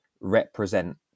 represent